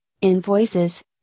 invoices